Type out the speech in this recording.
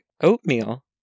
oatmeal